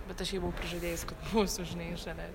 bet aš jai buvau prižadėjus kad būsiu žinai šalia